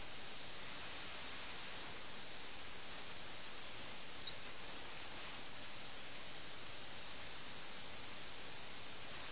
ഇപ്പോൾ ഇത് മേറ്റ് ആണ്